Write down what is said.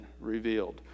revealed